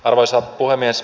arvoisa puhemies